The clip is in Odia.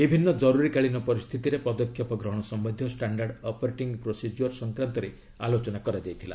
ବିଭିନ୍ନ କରୁରୀକାଳୀନ ପରିସ୍ଥିତିରେ ପଦକ୍ଷେପ ଗ୍ରହଣ ସମ୍ବନ୍ଧୀୟ ଷ୍ଟାଣ୍ଡାର୍ଡ଼ ଅପରେଟିଙ୍ଗ୍ ପ୍ରୋସେଜିଓର୍ ସଂକ୍ରାନ୍ତରେ ଆଲୋଚନା କରାଯାଇଥିଲା